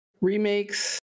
remakes